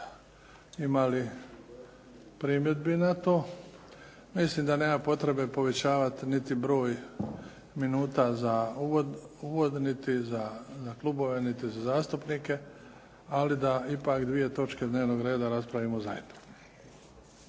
Ima li primjedbi na to? Mislim da nema potrebe povećavati niti broj minuta za uvod niti za klubove niti za zastupnike, ali da ipak dvije točke dnevnog reda raspravimo zajedno.